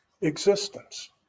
existence